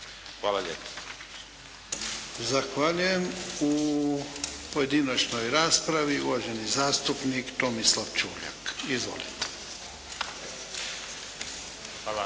Ivan (HDZ)** Zahvaljujem. U pojedinačnoj raspravi uvaženi zastupnik Tomislav Čuljak. Izvolite.